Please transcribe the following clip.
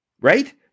right